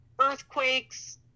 earthquakes